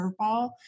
curveball